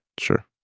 Sure